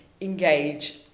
engage